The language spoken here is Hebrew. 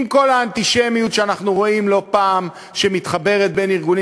עם כל האנטישמיות שאנחנו רואים לא פעם שמחברת בין ארגונים